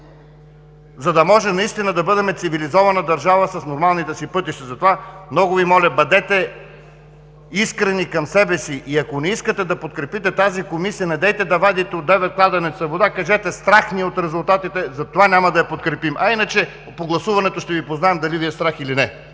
за да може наистина да бъдем цивилизована държава с нормалните си пътища. Затова много Ви моля, бъдете искрени към себе си и, ако не искате да подкрепите тази Комисия, недейте да вадите от девет кладенци вода. Кажете: „Страх ни е от резултатите и затова няма да я подкрепим!“. Иначе, по гласуването ще Ви познаем дали Ви е страх, или не.